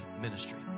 ministry